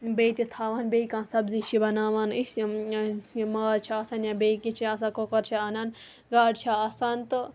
بیٚیہِ تہِ تھاوان بیٚیہِ کانہہ سَبزی چھِ بَناوان أسۍ ماز چھُ آسان یا بیٚیہِ کیٚنہہ چھُ آسان کۄکر چھُ آنان گاڈٕ چھِ آسان تہٕ